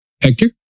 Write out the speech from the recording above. Hector